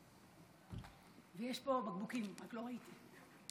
יש פה בקבוקים ולא ראיתי.